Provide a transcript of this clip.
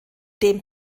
dem